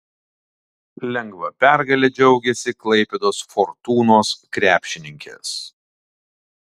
lengva pergale džiaugėsi klaipėdos fortūnos krepšininkės